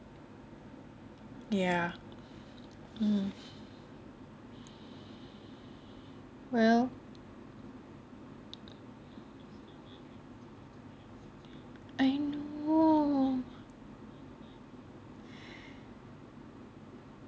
ya um well I know